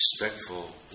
respectful